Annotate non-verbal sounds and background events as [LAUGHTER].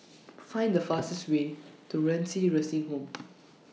[NOISE] Find The fastest Way to Renci Nursing Home [NOISE]